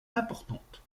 importante